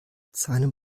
seinem